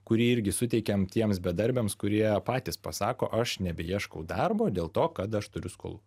kurį irgi suteikėm tiems bedarbiams kurie patys pasako aš nebeieškau darbo dėl to kad aš turiu skolų